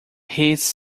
his